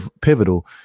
pivotal